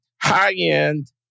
high-end